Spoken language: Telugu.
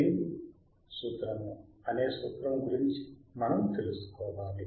లెంజ్ సూత్రము అనే సూత్రము గురించి మనము తెలుసుకోవాలి